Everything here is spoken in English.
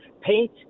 paint